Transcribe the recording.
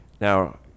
Now